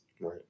Right